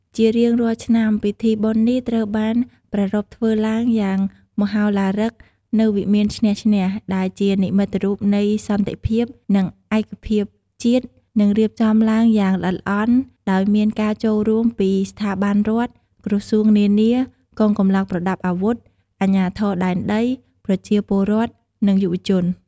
ជារៀងរាល់ឆ្នាំ ពិធីបុណ្យនេះត្រូវបានប្រារព្ធធ្វើឡើងយ៉ាងមហោឡារិកនៅ វិមានឈ្នះ-ឈ្នះ ដែលជានិមិត្តរូបនៃសន្តិភាព នឹងឯកភាពជាតិ និងរៀបចំឡើងយ៉ាងល្អិតល្អន់ ដោយមានការចូលរួមពីស្ថាប័នរដ្ឋ ក្រសួងនានា កងកម្លាំងប្រដាប់អាវុធ អាជ្ញាធរដែនដី ប្រជាពលរដ្ឋ និងយុវជន។